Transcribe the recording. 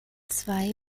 zwei